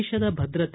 ದೇಶದ ಭದ್ರತೆ